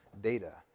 data